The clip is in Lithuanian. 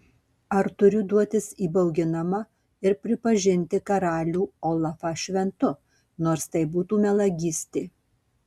ar turiu duotis įbauginama ir pripažinti karalių olafą šventu nors tai būtų melagystė